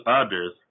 others